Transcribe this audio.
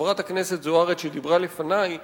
חברת הכנסת זוארץ שדיברה לפני,